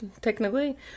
technically